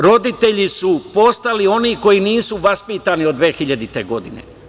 Roditelji su postali oni koji nisu vaspitani od 2000. godine.